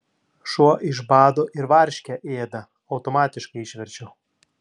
šuo iš bado ir varškę ėda automatiškai išverčiau